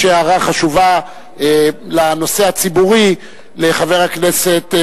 יש הערה חשובה לנושא הציבורי לחבר הכנסת,